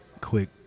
quick